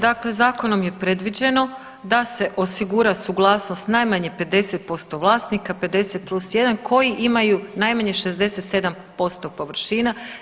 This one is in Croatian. Dakle, zakonom je predviđeno da se osigura suglasnost najmanje 50% vlasnika, 50 plus 1 koji imaju najmanje 67% površina.